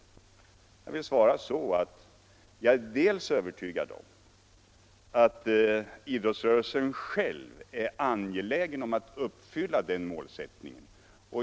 Jag svarar att jag är övertygad om att idrottsrörelsen själv är angelägen om att uppfylla den målsättningen.